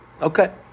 Okay